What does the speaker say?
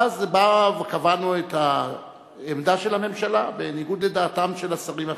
ואז קבענו את העמדה של הממשלה בניגוד לדעתם של השרים האחרים.